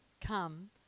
come